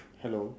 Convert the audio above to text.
hello